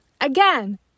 again